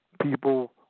people